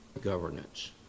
governance